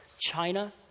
China